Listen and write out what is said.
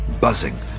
Buzzing